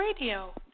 Radio